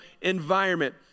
environment